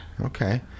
Okay